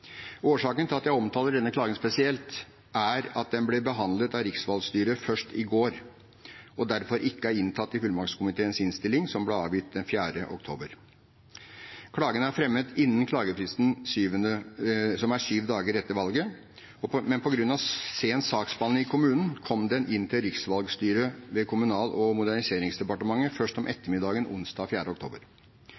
Årsaken til at jeg omtaler denne klagen spesielt, er at den ble behandlet av riksvalgstyret først i går og derfor ikke er inntatt i fullmaktskomiteens innstilling, som ble avgitt den 4. oktober. Klagen er fremmet innen klagefristen, som er syv dager etter valget. På grunn av sen saksbehandling i kommunen kom den inn til riksvalgstyret ved Kommunal- og moderniseringsdepartementet først om